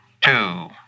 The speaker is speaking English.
two